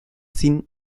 zin